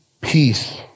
Peace